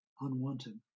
unwanted